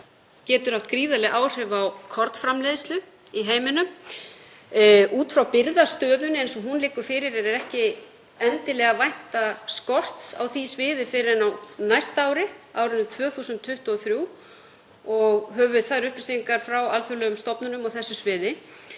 geti haft gríðarleg áhrif á kornframleiðslu í heiminum. Út frá birgðastöðunni eins og hún liggur fyrir er ekki endilega að vænta skorts á því sviði fyrr en á næsta ári, á árinu 2023, og höfum við þær upplýsingar frá alþjóðlegum stofnunum á þessu sviði.